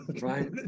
Right